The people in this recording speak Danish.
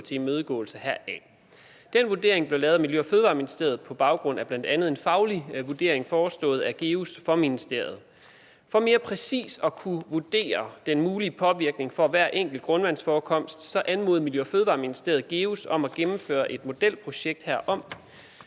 Den vurdering blev lavet af Miljø- og Fødevareministeriet på baggrund af bl.a. en faglig vurdering forestået af GEUS for ministeriet. For mere præcist at kunne vurdere den mulige påvirkning for hver enkelt grundvandsforekomst, anmodede Miljø- og Fødevareministeriet GEUS om at gennemføre et modelprojekt herom.